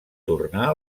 tornar